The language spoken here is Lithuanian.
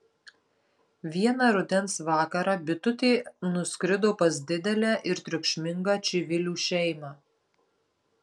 vieną rudens vakarą bitutė nuskrido pas didelę ir triukšmingą čivilių šeimą